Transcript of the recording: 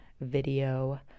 video